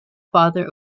father